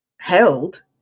held